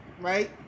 right